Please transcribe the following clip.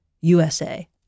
USA